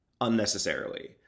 unnecessarily